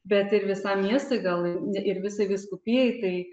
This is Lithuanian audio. bet ir visam miestui gal ir visai vyskupijai tai